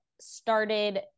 started